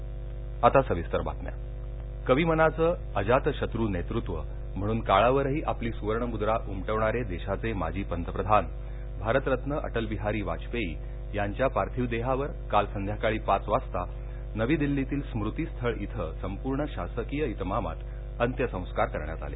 वाजपेयीः कविमनाचं अजातशत्रू नेतृत्व म्हणून काळावरही आपली सूवर्णमुद्रा उमटवणारे देशाचे माजी पंतप्रधान भारतरत्न अटलबिहारी वाजपेयी यांच्या पार्थिव देहावर काल संध्याकाळी पाच वाजता नवी दिल्लीतील स्मृतीस्थळ इथं संपूर्ण शासकीय इतमामात अंत्यसंस्कार करण्यात आले